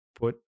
put